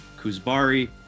Kuzbari